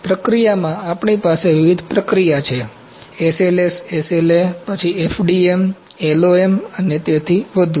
પ્રક્રિયામાં આપણી પાસે વિવિધ પ્રક્રિયા છે SLS SLA પછી FDM LOM અને તેથી વધુ